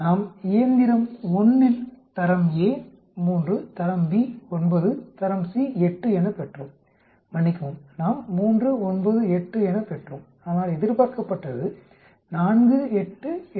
நாம் இயந்திரம் 1இல் தரம் A 3 தரம் B 9 தரம் C 8 என பெற்றோம் மன்னிக்கவும் நாம் 3 9 8 என பெற்றோம் ஆனால் எதிர்பார்க்கப்பட்டது 4 8 8